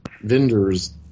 vendors